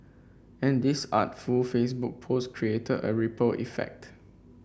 and this artful Facebook post created a ripple effect